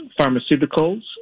pharmaceuticals